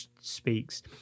speaks